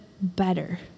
better